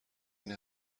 این